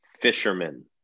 fisherman